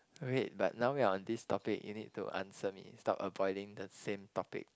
wait but now we are on this topic you need to answer me stop avoiding the same topic